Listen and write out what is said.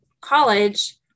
college